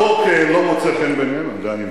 החוק לא מוצא חן בעיניהם, זה אני מבין.